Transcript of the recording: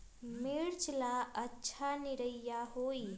मिर्च ला अच्छा निरैया होई?